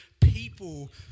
people